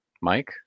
Mike